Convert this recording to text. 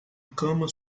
cama